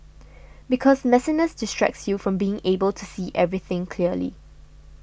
because messiness distracts you from being able to see everything clearly